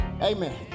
Amen